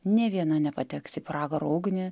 nė viena nepateks į pragaro ugnį